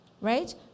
right